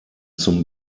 zum